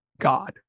God